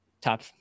top